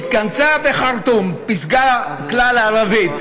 בחרטום פסגה כלל-ערבית,